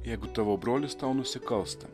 jeigu tavo brolis tau nusikalsta